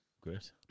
Great